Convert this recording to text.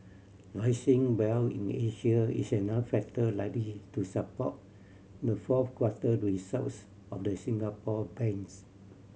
rising wealth in Asia is another factor likely to support the fourth quarter results of the Singapore banks